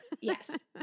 yes